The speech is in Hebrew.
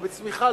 לא בצמיחה,